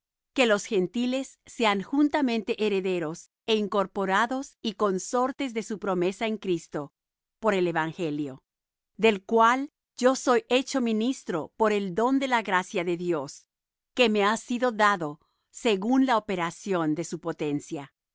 que los gentiles sean juntamente herederos é incorporados y consortes de su promesa en cristo por el evangelio del cual yo soy hecho ministro por el don de la gracia de dios que me ha sido dado según la operación de su potencia